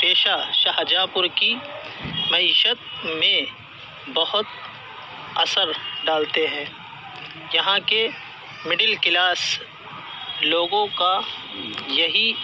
پیشہ شاہجہاں پور کی معیشت میں بہت اثر ڈالتے ہیں یہاں کے میڈل کلاس لوگوں کا یہی